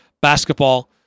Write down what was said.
basketball